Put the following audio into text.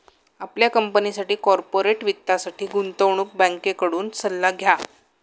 आपल्या कंपनीसाठी कॉर्पोरेट वित्तासाठी गुंतवणूक बँकेकडून सल्ला घ्या